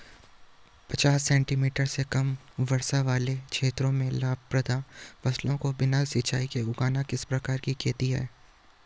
पचास सेंटीमीटर से कम वर्षा वाले क्षेत्रों में लाभप्रद फसलों को बिना सिंचाई के उगाना किस प्रकार की खेती है?